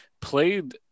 played